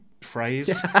phrase